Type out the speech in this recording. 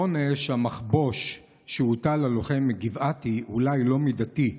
עונש המחבוש שהוטל על הלוחם מגבעתי אולי לא מידתי,